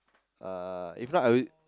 uh if not I will